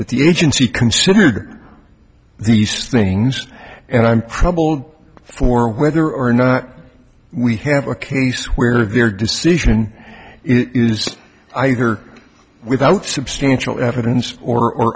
agency considered these things and i'm probable for whether or not we have a case where their decision either without substantial evidence or